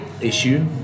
issue